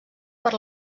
per